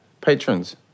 patrons